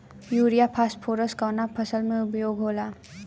Urea phosphorus कवना फ़सल में उपयोग होला?